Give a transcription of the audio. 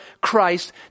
Christ